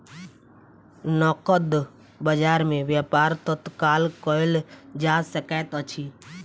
नकद बजार में व्यापार तत्काल कएल जा सकैत अछि